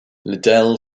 liddell